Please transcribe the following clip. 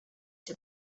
cię